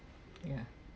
yeah